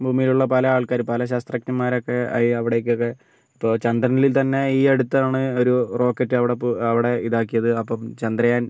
ഭൂമിയിലുള്ള പല ആൾക്കാരും പല ശാസ്ത്രജ്ഞമാരൊക്കെ അവിടേക്കൊക്കെ ഇപ്പോൾ ചന്ദ്രനിൽ തന്നെ ഈ അടുത്താണ് ഒരു റോക്കറ്റ് അവിടെ അവിടെ ഇതാക്കിയത് അപ്പം ചന്ദ്രയാൻ